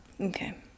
Okay